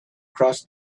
crossed